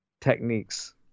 techniques